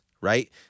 right